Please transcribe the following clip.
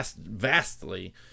vastly